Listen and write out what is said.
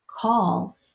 call